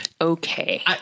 Okay